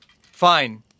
Fine